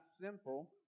simple